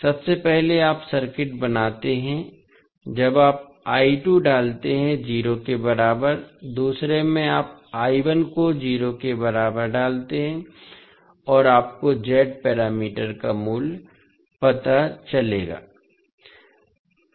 सबसे पहले आप सर्किट बनाते हैं जब आप I2 डालते हैं 0 के बराबर दूसरे में आप I1 को 0 के बराबर डालते हैं और आपको Z पैरामीटर का वैल्यू पता चलेगा